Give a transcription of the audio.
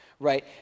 Right